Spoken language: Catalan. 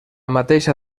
mateixa